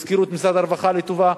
והזכירו את משרד הרווחה לטובה.